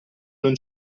non